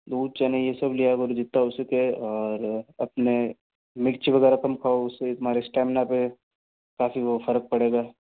दूध चने ये सब लिया करो जितना हो सके और अपने मिर्च वगैरह कम खाओ उससे तुम्हारे स्टैमिना पे काफ़ी वो फर्क पडे़गा